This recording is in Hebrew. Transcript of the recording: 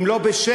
אם לא בשקט,